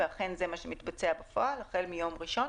ואכן זה מה שמתבצע בפועל החל מיום ראשון.